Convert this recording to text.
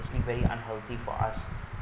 actually very unhealthy for us